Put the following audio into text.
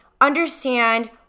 understand